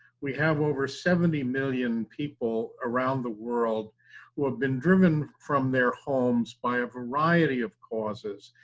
we have over seventy million people around the world who have been driven from their homes by a variety of causes,